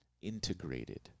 integrated